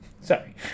Sorry